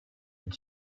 had